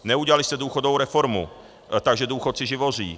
Neudělali jste důchodovou reformu, takže důchodci živoří.